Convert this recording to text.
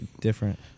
different